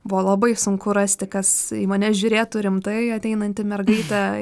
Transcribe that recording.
buvo labai sunku rasti kas į mane žiūrėtų rimtai ateinanti mergaitė